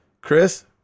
Chris